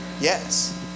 Yes